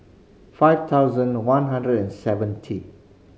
five thousand one hundred and seventy